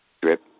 drip